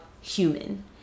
human